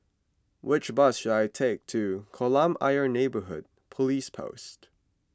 which bus should I take to Kolam Ayer Neighbourhood Police Post